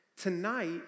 tonight